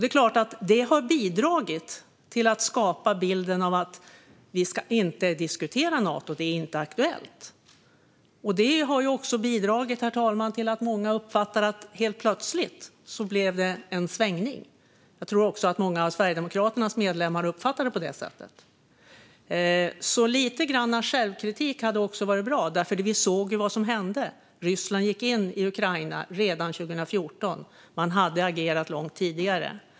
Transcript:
Det är klart att detta har bidragit till att skapa bilden att vi inte ska diskutera Nato, att det inte är aktuellt. Det har också bidragit, herr talman, till att många uppfattar att det helt plötsligt blev en svängning. Jag tror att också många av Sverigedemokraternas medlemmar uppfattade det på det sättet. Lite självkritik hade alltså varit bra. Vi såg ju vad som hände. Ryssland gick in i Ukraina redan 2014. Man hade agerat långt tidigare.